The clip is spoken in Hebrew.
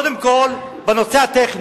קודם כול, בנושא הטכני,